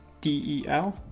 DEL